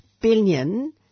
billion